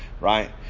right